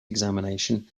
examination